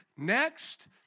Next